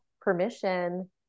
permission